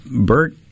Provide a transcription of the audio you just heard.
Bert